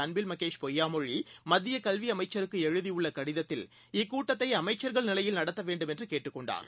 அன்பில் பொய்யாமொழி மத்தியகல்விஅமைச்சருக்குஎழுதியுள்ளகடிதத்தில் மகேஷ் இக்கூட்டத்தைஅமைச்சர்கள் நிலையில் நடத்தவேண்டும் என்றுகேட்டுக் கொண்டாா்